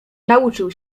nauczył